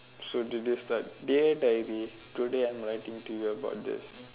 so did you start dear dairy today I'm writing to you about this